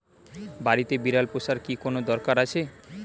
বাড়িতে বিড়াল পোষার কি কোন দরকার আছে?